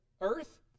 Earth